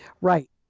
Right